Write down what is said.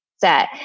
set